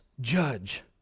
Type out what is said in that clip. judge